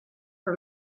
for